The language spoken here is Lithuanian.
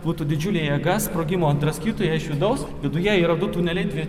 būtų didžiulė jėga sprogimo draskytų ją iš vidaus viduje yra du tuneliai dvi